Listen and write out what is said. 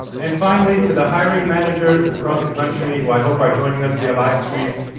and finally, to the hiring managers across the country, who i hope are joining us via live stream